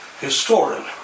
historian